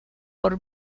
por